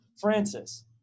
Francis